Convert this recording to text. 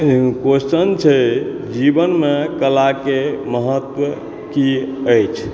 question छै जीवनमे कलाके महत्व की अछि